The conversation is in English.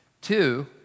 Two